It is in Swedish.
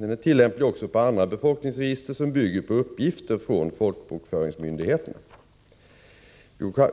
Den är tillämplig också på andra befolkningsregister som bygger på uppgifter från folkbokföringsmyndigheterna.